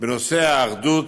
בנושא האחדות,